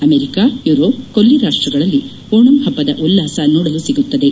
America Europe ಕೊಲ್ಲಿ ರಾಷ್ಟ್ರಗಳಲ್ಲಿ ಓಣಂ ಹಬ್ಬದ ಉಲ್ಲಾಸ ನೋಡಲು ಸಿಗುತ್ತದೆ